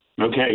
Okay